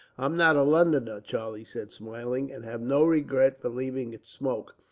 i'm not a londoner, charlie said, smiling, and have no regret for leaving its smoke.